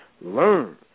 learn